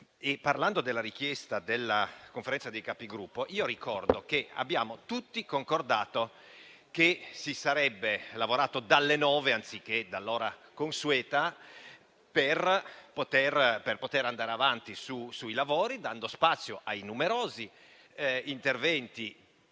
Parlando della richiesta di convocazione della Conferenza dei Capigruppo, ricordo che abbiamo tutti concordato che si sarebbe lavorato dalle ore 9 anziché dall'ora consueta per poter andare avanti con i lavori, dando spazio ai numerosi interventi,